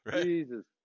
jesus